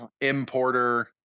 importer